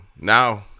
Now